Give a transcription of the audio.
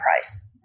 price